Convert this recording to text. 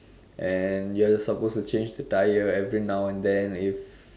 and you're supposed to change the tyre every now and then if